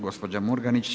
Gospođa Murganić.